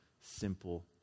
simple